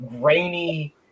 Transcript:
grainy